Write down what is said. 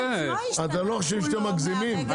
אתם לא חושבים שאתם מגזימים?